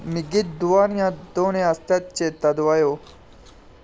मिगी दुआरियां धोने आस्तै चेता दोआएओ